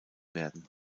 werden